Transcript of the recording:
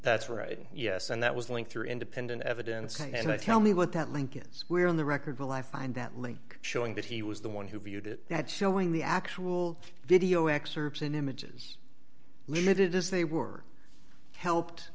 that's right yes and that was going through independent evidence and i tell me what that link is where in the record will i find that link showing that he was the one who viewed it that showing the actual video excerpts in images look at it is they were helped